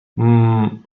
ممم